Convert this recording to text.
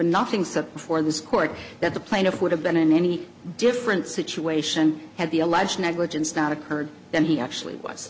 nothing said before this court that the plaintiff would have been in any different situation had the alleged negligence not occurred that he actually was